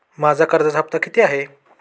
माझा कर्जाचा हफ्ता किती आहे?